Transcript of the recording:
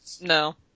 No